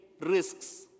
risks